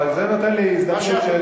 אבל זה נותן לי הזדמנות של,